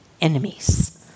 enemies